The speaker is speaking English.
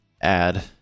add